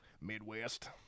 Midwest